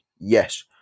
Yes